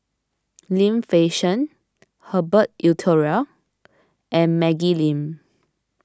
Lim Fei Shen Herbert Eleuterio and Maggie Lim